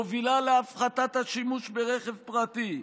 מובילה להפחתת השימוש ברכב פרטי,